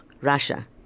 Russia